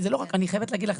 אני חייבת להגיד לך,